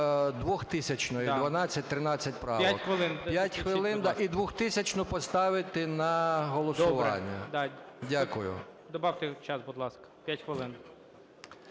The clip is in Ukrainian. Добавте час, будь ласка.